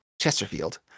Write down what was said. Chesterfield